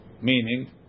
Meaning